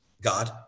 God